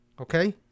Okay